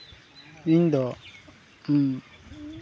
ᱤᱧᱫᱚ